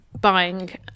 buying